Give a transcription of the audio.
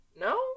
No